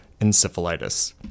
encephalitis